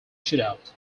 shootout